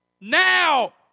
now